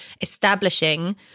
establishing